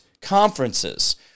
conferences